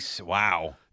Wow